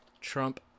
Trump